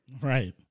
Right